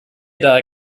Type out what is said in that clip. daher